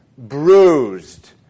bruised